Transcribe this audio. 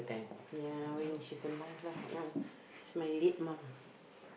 ya when she is alive lah now she's my late mum